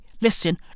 listen